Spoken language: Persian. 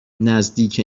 نزدیک